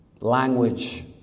language